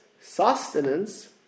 sustenance